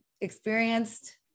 experienced